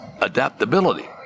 adaptability